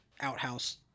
outhouse